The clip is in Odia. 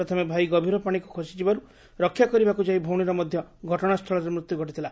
ପ୍ରଥମେ ଭାଇ ଗଭୀର ପାଶିକୁ ଖସିଯିବାରୁ ରକ୍ଷାକରିବାକୁ ଯାଇ ଭଉଶୀର ମଧ ଘଟଶାସ୍ଚୁଳରେ ମୃତ୍ୟୁ ଘଟିଥିଲା